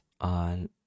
on